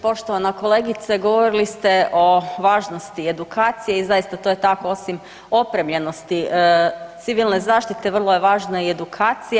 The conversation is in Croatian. Poštovana kolegice, govorili ste o važnosti edukacije i zaista to je tako, osim opremljenosti civilne zaštite vrlo je važna i edukacija.